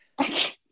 Okay